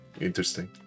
interesting